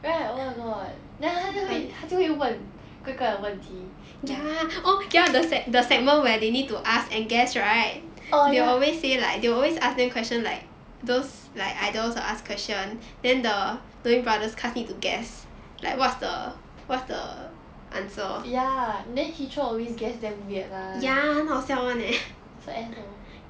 right oh my god then 他就会他就会问怪怪的问题 oh ya ya then heechul always guess damn weird [one] so asshole